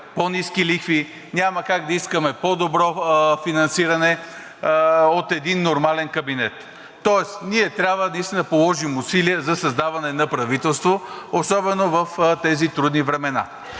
по-ниски лихви, няма как да искаме по-добро финансиране от един нормален кабинет. Тоест ние трябва наистина да положим усилия за създаване на правителство, особено в тези трудни времена.